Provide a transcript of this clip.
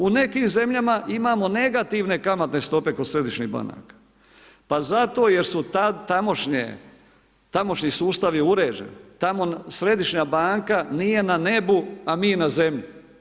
U nekim zemljama imamo negativne kamatne stope kod središnjih banaka, pa zato jer tamošnji sustav je uređen, tamo središnja banka nije na nebu a mi na zemlji.